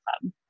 Club